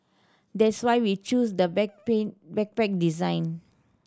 that's why we choose the back pain backpack design